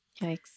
Yikes